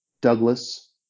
Douglas